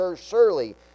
surely